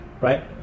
right